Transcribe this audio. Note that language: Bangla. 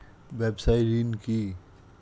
ব্যবসায় ঋণ কি?